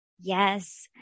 Yes